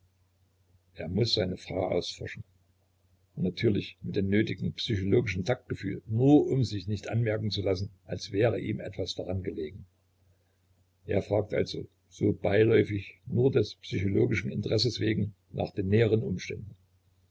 er muß seine frau ausforschen natürlich mit dem nötigen psychologischen taktgefühl nur um sich nicht anmerken zu lassen als wäre ihm etwas daran gelegen er fragt also so beiläufig nur des psychologischen interesses wegen nach den näheren umständen